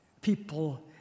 people